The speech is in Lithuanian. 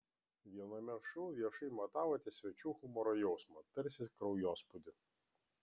viename šou viešai matavote svečių humoro jausmą tarsi kraujospūdį